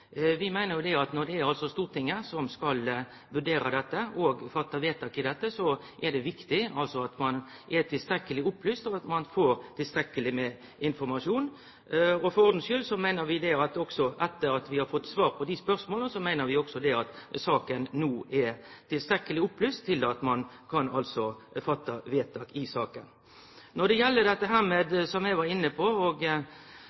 vi er veldig bra. Vi meiner at når det er Stortinget som skal vurdere dette og fatte vedtak, er det viktig at ein er tilstrekkeleg opplyst, og at ein får tilstrekkeleg informasjon. For ordens skyld: Etter at vi har fått svar på desse spørsmåla, meiner vi også at saka no er tilstrekkeleg opplyst til at ein kan fatte vedtak i saka. Når det gjeld det eg var inne på – og representanten Lydvo var inne på – om objektive kriterium, har ikkje Framstegspartiet gått inn på saksbehandling og drøftingar. Vi overlèt dette